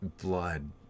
blood